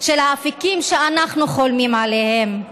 של האפיקים שאנחנו חולמים עליהם.